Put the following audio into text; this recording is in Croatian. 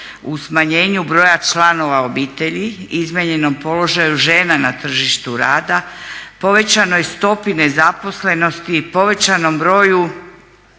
u smanjenju broj članova obitelji, izmijenjenom položaju žena na tržištu rada, povećanoj stopi nezaposlenosti i povećanom broju